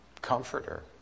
Comforter